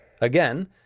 Again